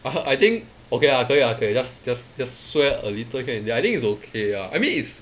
uh I think okay lah 可以 lah 可以 just just just swear a little can I think it's okay ah I mean it's